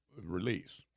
release